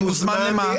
אני מוזמן למה?